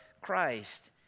Christ